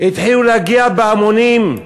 התחילו להגיע בהמונים,